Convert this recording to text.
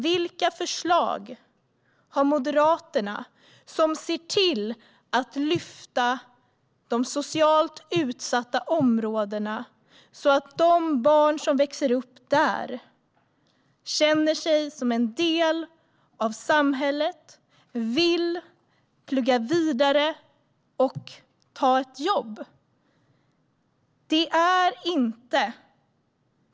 Vilka förslag har Moderaterna som ser till att lyfta de socialt utsatta områdena så att de barn som växer upp där känner sig som en del av samhället, vill plugga vidare och ta ett jobb?